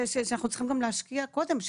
שאנחנו צריכים להשקיע גם קודם,